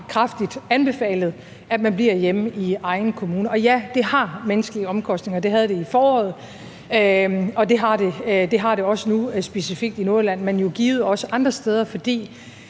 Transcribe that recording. kraftigt anbefalet, at man bliver hjemme i egen kommune. Og ja, det har menneskelige omkostninger. Det havde det i foråret, og det har det også nu, specifikt i Nordjylland, men jo givet også andre steder, for